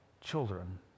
children